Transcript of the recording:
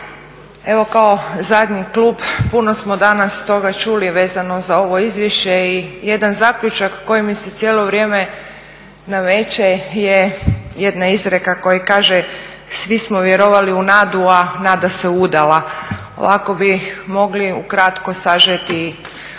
Evo kao zadnji klub puno smo danas toga čuli vezano za ovo izvješće i jedan zaključak koji mi se cijelo vrijeme nameće je jedna izreka koja kaže "Svi smo vjerovali u nadu, a nada se udala". Ovako bi mogli ukratko sažeti ovu našu